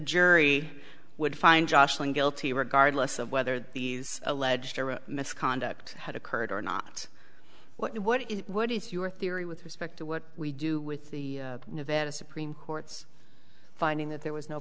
jury would find joshing guilty regardless of whether these alleged misconduct had occurred or not what is what is your theory with respect to what we do with the nevada supreme court's finding that there was no